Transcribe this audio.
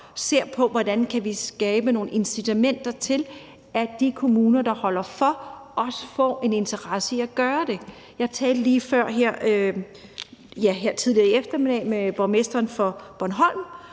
ser på, hvordan vi kan skabe nogle incitamenter til, at de kommuner, der holder for, også har en interesse i at gøre det. Jeg talte lige før, her tidligere i eftermiddags, med borgmesteren for Bornholm,